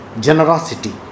Generosity